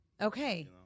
Okay